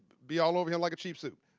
be all over him like a cheap suit.